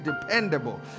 dependable